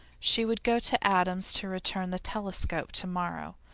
she would go to adam's to return the telescope to-morrow,